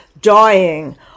dying